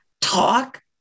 talk